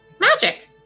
Magic